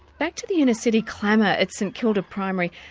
back to the inner city clamour at st kilda primary,